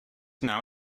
now